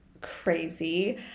crazy